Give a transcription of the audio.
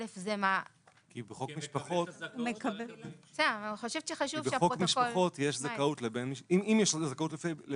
אם לבן משפחה יש זכאות להיות